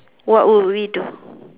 what would we do